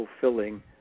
fulfilling